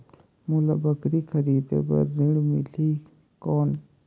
मोला बकरी खरीदे बार ऋण मिलही कौन?